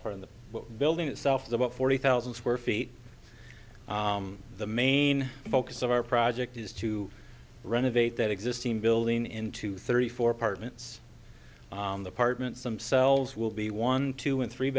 part of the building itself the about forty thousand square feet the main focus of our project is to renovate that existing building into thirty four apartments apartments themselves will be one two and three